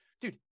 dude